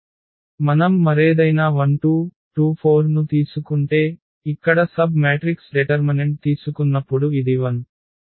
మనం మరేదైనా 1 2 2 4 ను తీసుకుంటే ఇక్కడ సబ్ మ్యాట్రిక్స్ డెటర్మనెంట్ తీసుకున్నప్పుడు ఇది 0